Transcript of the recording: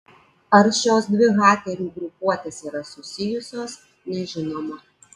ar šios dvi hakerių grupuotės yra susijusios nežinoma